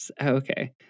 Okay